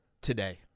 today